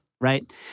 right